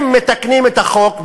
אם מתקנים את החוק,